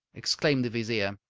exclaimed the vizier.